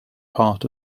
part